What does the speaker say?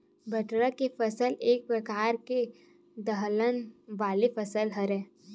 बटरा के फसल एक परकार के दलहन वाले फसल हरय